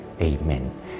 Amen